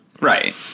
Right